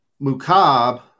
Mukab